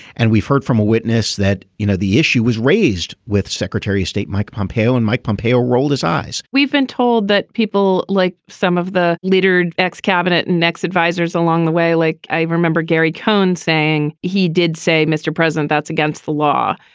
and we've heard from a witness that you know the issue was raised with secretary of state mike pompeo and mike pompeo rolled his eyes we've been told that people like some of the littered ex cabinet next advisers along the way like i remember gary cohn saying he did say mr. president that's against the law.